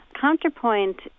Counterpoint